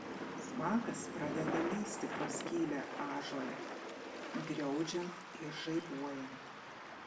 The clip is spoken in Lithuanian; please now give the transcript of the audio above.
smakas pradeda lįsti pro skylę ąžuole griaudžiant ir žaibuojant